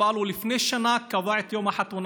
אבל לפני שנה הוא קבע את יום החתונה